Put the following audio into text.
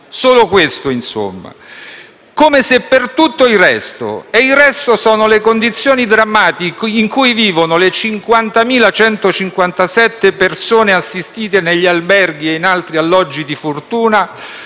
Solo questo, insomma, come se per tutto il resto - e il resto sono le condizioni drammatiche in cui vivono le 50.157 persone assistite negli alberghi e in altri alloggi di fortuna